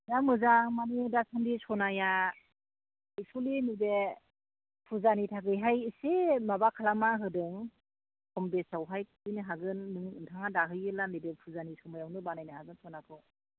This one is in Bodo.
दा मोजां मानि दासान्दि सनाया एक्चुवेलि नैबे फुजानि थाखैहाय एसे माबा खालामना होदों खम बेसआवहाय हागोन नों नोंथाहा दाहोयोब्ला नैबे फुजानि समायआवनो बानायनो हागोन सनाखौ